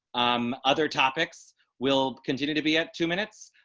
um other topics will continue to be at two minutes,